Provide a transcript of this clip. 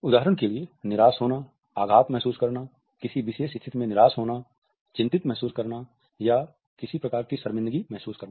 उदाहरण के लिए निराश होना आघात महसूस करना किसी विशेष स्थिति में निराश होना चिंतित महसूस करना या किसी प्रकार की शर्मिंदगी महसूस करना